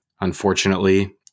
Unfortunately